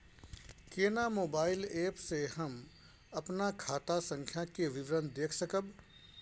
केना mobile app से हम अपन खाता संख्या के विवरण देख सकब?